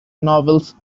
novels